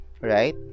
right